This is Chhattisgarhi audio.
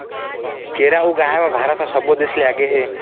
केरा ऊगाए म भारत ह सब्बो देस ले आगे हे